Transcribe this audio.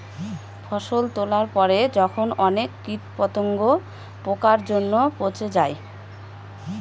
ফসল তোলার পরে যখন অনেক কীট পতঙ্গ, পোকার জন্য পচে যায়